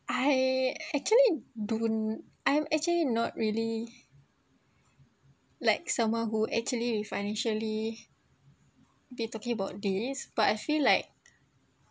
I actually don't I'm actually not really like someone who actually re financially be talking about this but I feel like